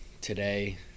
today